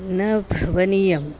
न भवनीयम्